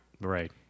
right